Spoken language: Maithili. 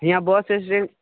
हियाॅं बस स्टेण्ड